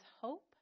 hope